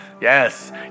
Yes